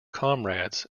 comrades